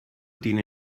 tiene